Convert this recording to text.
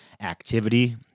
activity